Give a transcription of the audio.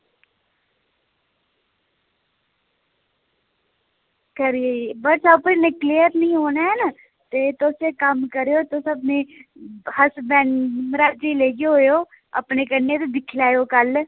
WhatsApp उप्पर इन्ने clear निं औने न ते तुस इक्क कम्म करेओ तुस अपनी हसबैंड अपने मरहाजै गी लेइयै आयो अपने कन्नै ते दिक्खी लैयो पैह्लें